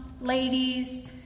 ladies